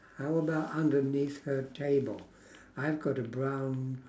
how about underneath her table I've got a brown